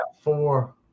four